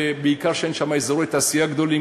בעיקר כי אין שם אזורי תעשייה גדולים,